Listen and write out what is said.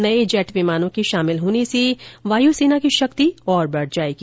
नए जेट विमानों के शामिल होने से भारतीय वायु सेना की शक्ति और बढ़ जाएगी